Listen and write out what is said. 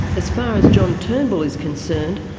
as far as john turnbull is concerned,